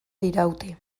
diraute